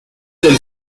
del